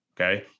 okay